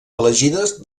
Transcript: elegides